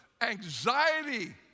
anxiety